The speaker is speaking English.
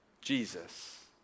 Jesus